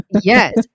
Yes